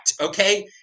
okay